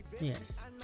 yes